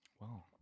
Wow